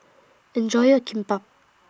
Enjoy your Kimbap